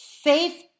Faith